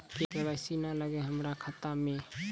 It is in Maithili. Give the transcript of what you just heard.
के.वाई.सी ने न लागल या हमरा खाता मैं?